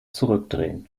zurückdrehen